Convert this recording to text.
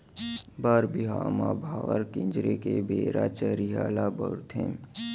बर बिहाव म भांवर किंजरे के बेरा चरिहा ल बउरथे